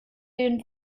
den